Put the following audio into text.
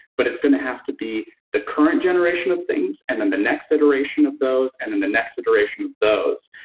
but it's going to have to be the current generation of things, and then the next iteration of those, and then the next iteration of those.